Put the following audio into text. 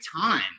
time